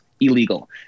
illegal